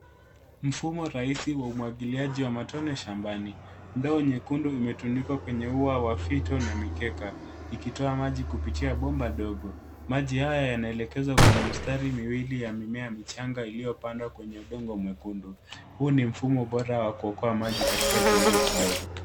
Mfumo rahisi wa umwagiliaji wa matone shambani. Ndoo nyekundu imetundikwa kwenye ua wa fito na mikeka, ikitoa maji kupitia bomba dogo. Maji haya yanaelekezwa kwenye mstari miwili ya mimea michanga iliyopandwa kwenye udongo mwekundu. Huu ni mfumo bora wa kuokoa maji katika kilimo kidogo.